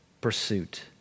pursuit